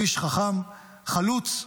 איש חכם, חלוץ,